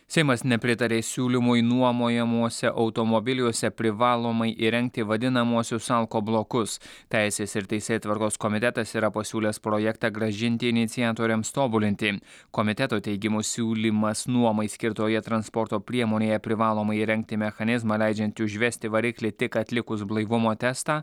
seimas nepritarė siūlymui nuomojamuose automobiliuose privalomai įrengti vadinamuosius alkoblokus teisės ir teisėtvarkos komitetas yra pasiūlęs projektą grąžinti iniciatoriams tobulinti komiteto teigimu siūlymas nuomai skirtoje transporto priemonėje privalomai įrengti mechanizmą leidžiantį užvesti variklį tik atlikus blaivumo testą